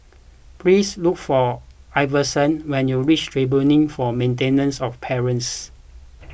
please look for Iverson when you reach Tribunal for Maintenance of Parents